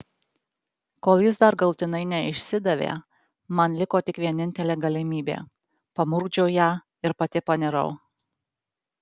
kol jis dar galutinai neišsidavė man liko tik vienintelė galimybė pamurkdžiau ją ir pati panirau